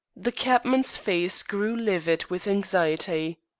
the cabman's face grew livid with anxiety.